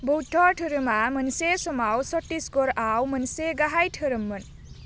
बौद्ध धोरोमा मोनसे समाव छत्तीसगढ़आव मोनसे गाहाय धोरोम्मोन